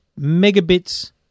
megabits